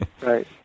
Right